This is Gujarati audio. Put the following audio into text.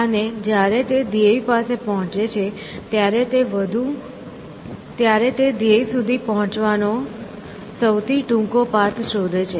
અને જ્યારે તે ધ્યેય પાસે પહોંચે છે ત્યારે તે ધ્યેય સુધી પહોંચવાનો સૌથી ટૂંકો પાથ શોધે છે